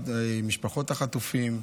משפחות החטופים,